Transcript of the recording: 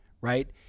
right